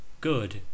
Good